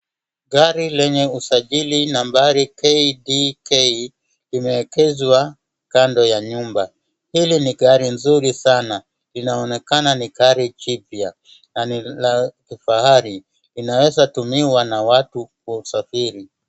Gari lenye usajili nambari KDK imeegeshwa kando ya nyumba. Hili ni gari nzuri sana. Linaonekana ni gari jipya na ni la kifahari. Linaweza tumiwa na watu kusafiri.